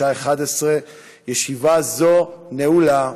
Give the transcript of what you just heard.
בשעה 11:00. ישיבה זו נעולה.